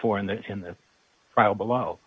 for in the in the trial below